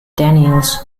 daniels